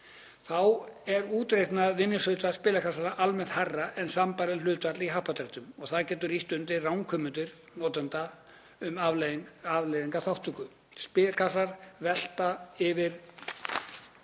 Þá er útreiknað vinningshlutfall spilakassa almennt hærra en sambærilegt hlutfall í happdrættum og það getur ýtt undir ranghugmyndir notenda um afleiðingar þátttöku. Spilakassar velta yfir